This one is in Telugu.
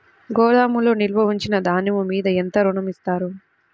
గోదాములో నిల్వ ఉంచిన ధాన్యము మీద ఎంత ఋణం ఇస్తారు?